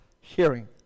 hearing